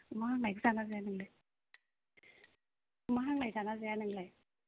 अमा हांनायखौ जाना जाया नोंलाय अमा हांनाय जायोना जाया नोंलाय